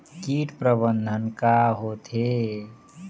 कीट प्रबंधन का होथे?